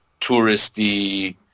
touristy